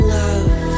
love